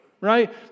right